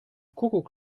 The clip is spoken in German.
kuckuck